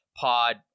pod